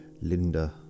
Linda